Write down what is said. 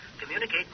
communicate